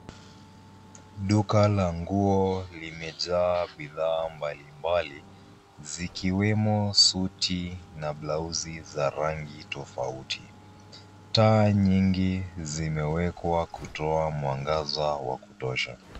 Duka la nguo limejaa bidhaa mbali mbali zikiwemo suti na blausi za rangi tofauti. Taa nyingi zimewekwa kuweka mwangaza wa kutosha.